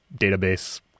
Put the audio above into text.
database